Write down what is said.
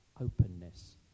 openness